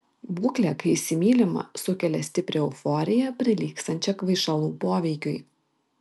būklė kai įsimylima sukelia stiprią euforiją prilygstančią kvaišalų poveikiui